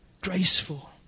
graceful